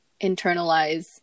internalize